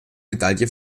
medaille